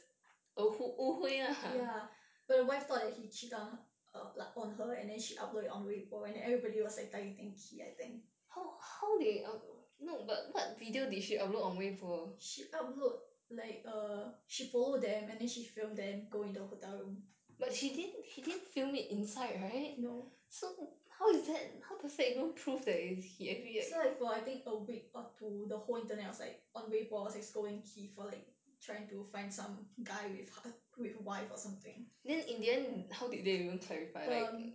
ya but the wife thought he cheated on her and she uploaded on 微博 then everybody was like targeting kee I think she upload like err she follow them and then she film them go into the hotel room no so like for I think a week or two the whole internet was like on 微博 saying scolding kee for like trying to find some guy with her with her wife or something um